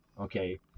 okay